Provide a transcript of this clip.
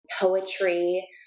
poetry